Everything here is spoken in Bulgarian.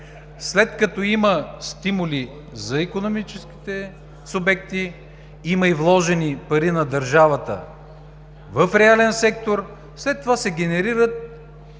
След като има стимули за икономическите субекти, има и вложени пари на държавата в реален сектор, след това се генерират